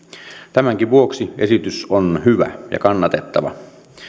tämänkin vuoksi esitys on hyvä ja kannatettava